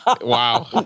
Wow